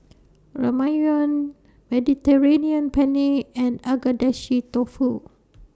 Ramyeon Mediterranean Penne and Agedashi Dofu